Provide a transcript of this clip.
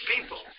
people